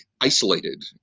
isolated